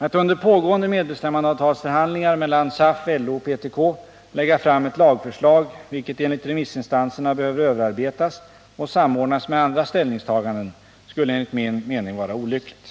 Att under pågående medbestämmandeavtalsförhandlingar mellan SAF, LO och PTK lägga fram ett lagförslag — vilket enligt remissinstanserna behöver överarbetas och samordnas med andra ställningstaganden — skulle enligt min mening vara olyckligt.